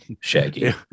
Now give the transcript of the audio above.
Shaggy